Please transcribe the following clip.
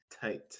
Tight